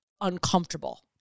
uncomfortable